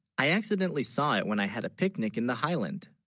i accidentally saw it when i had a picnic in the highland